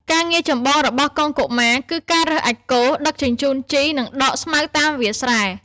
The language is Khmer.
ការងារចម្បងរបស់កងកុមារគឺការរើសអាចម៍គោ ដឹកជញ្ជូនជី និងដកស្មៅតាមវាលស្រែ។